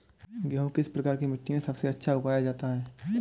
गेहूँ किस प्रकार की मिट्टी में सबसे अच्छा उगाया जाता है?